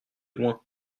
loin